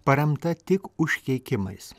paremta tik užkeikimais